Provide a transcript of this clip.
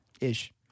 ish